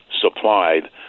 supplied